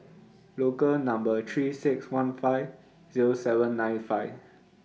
Local Number three six one five Zero seven nine five